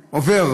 עובר,